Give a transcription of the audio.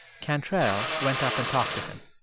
cantrell went up and talked to him.